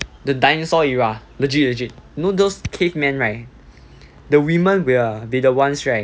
the dinosaur era legit legit you know those caveman right the women will be the ones right